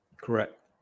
Correct